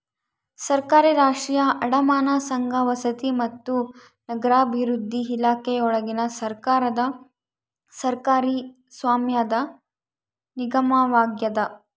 ಸರ್ಕಾರಿ ರಾಷ್ಟ್ರೀಯ ಅಡಮಾನ ಸಂಘ ವಸತಿ ಮತ್ತು ನಗರಾಭಿವೃದ್ಧಿ ಇಲಾಖೆಯೊಳಗಿನ ಸರ್ಕಾರದ ಸರ್ಕಾರಿ ಸ್ವಾಮ್ಯದ ನಿಗಮವಾಗ್ಯದ